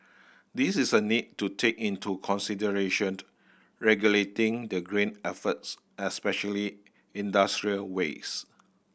this is a need to take into consideration regulating the green efforts especially industrial waste